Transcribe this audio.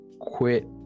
quit